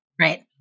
right